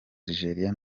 algeria